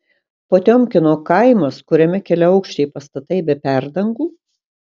potiomkino kaimas kuriame keliaaukščiai pastatai be perdangų